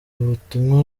ubutumwa